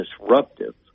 disruptive